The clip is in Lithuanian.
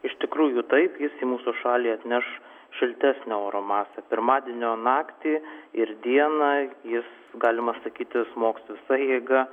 iš tikrųjų taip jis į mūsų šalį atneš šiltesnio oro masę pirmadienio naktį ir dieną jis galima sakyti smogs visa jėga